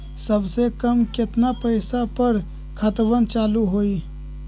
सबसे कम केतना पईसा पर खतवन चालु होई?